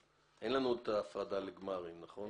אין לנו עוד את ההפרדה לגמרים, נכון?